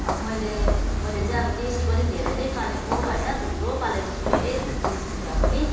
अब मैले मैले चाहिँ अब देसी पनि धेरै नै पालेको होइन थुप्रो पालेको छु मैले देसी कुखुरा पनि